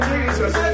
Jesus